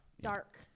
Dark